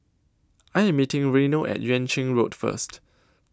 I Am meeting Reino At Yuan Ching Road First